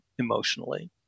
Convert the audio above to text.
emotionally